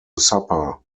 supper